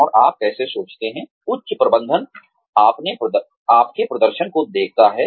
और आप कैसे सोचते हैं उच्च प्रबंधन आपके प्रदर्शन को देखता है